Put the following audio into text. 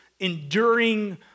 enduring